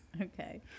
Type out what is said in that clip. Okay